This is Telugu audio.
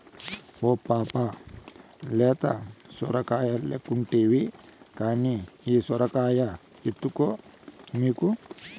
ఓ పాపా లేత సొరకాయలెక్కుంటివి కానీ ఈ సొరకాయ ఎత్తుకో మీకు